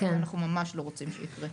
שאנחנו ממש לא רוצים שזה יקרה.